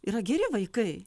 yra geri vaikai